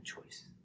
choice